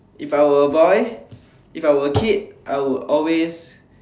if I were a boy if I were a kid I would always